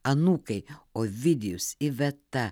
anūkai ovidijus iveta